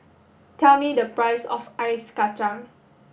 tell me the price of ice kachang